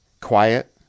quiet